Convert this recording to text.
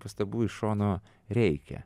pastabų iš šono reikia